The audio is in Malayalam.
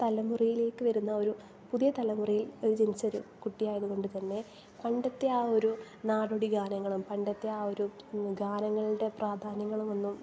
തലമുറയിലേക്ക് വരുന്ന ഒരു പുതിയ തലമുറയിൽ ജനിച്ച ഒരു കുട്ടിയായത് കൊണ്ട് തന്നെ പണ്ടത്തെ ആ ഒരു നാടോടി ഗാനങ്ങളും പണ്ടത്തെ ആ ഒരു ഗാനങ്ങളുടെ പ്രാധാന്യങ്ങളുമൊന്നും